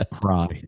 cry